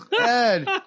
Ed